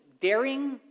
daring